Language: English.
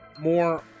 more